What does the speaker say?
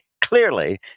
clearly